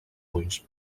ulls